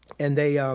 and they